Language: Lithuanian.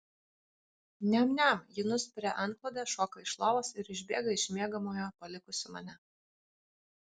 niam niam ji nuspiria antklodę šoka iš lovos ir išbėga iš miegamojo palikusi mane